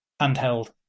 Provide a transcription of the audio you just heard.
handheld